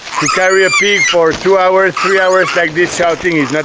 to carry a pig for two hours three hours like this shouting is not